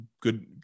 good